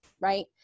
right